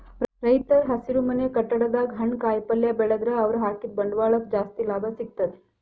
ರೈತರ್ ಹಸಿರುಮನೆ ಕಟ್ಟಡದಾಗ್ ಹಣ್ಣ್ ಕಾಯಿಪಲ್ಯ ಬೆಳದ್ರ್ ಅವ್ರ ಹಾಕಿದ್ದ ಬಂಡವಾಳಕ್ಕ್ ಜಾಸ್ತಿ ಲಾಭ ಸಿಗ್ತದ್